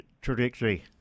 trajectory